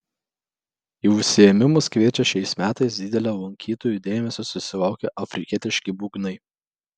į užsiėmimus kviečia šiais metais didelio lankytojų dėmesio susilaukę afrikietiški būgnai